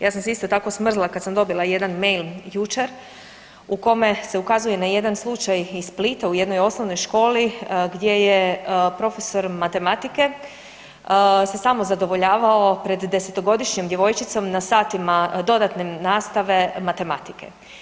Ja sam se isto tako smrzla kada sam dobila jedan mail jučer u kome se ukazuje na jedan slučaj iz Splita u jednoj osnovnoj školi gdje je profesor matematike se samozadovoljavao pred 10-godišnjom djevojčicom na satima dodatne nastave matematike.